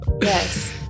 Yes